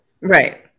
Right